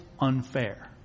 unfair